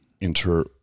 inter-